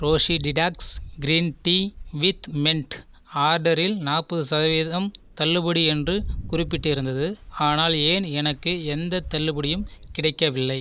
Roshi detox green tea with mint ஆர்டரில் நாற்பது சதவீதம் தள்ளுபடி என்று குறிப்பிட்டிருந்தது ஆனால் ஏன் எனக்கு எந்தத் தள்ளுபடியும் கிடைக்கவில்லை